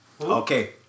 Okay